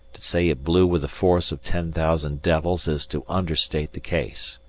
to say it blew with the force of ten thousand devils is to understate the case.